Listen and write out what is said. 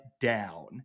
down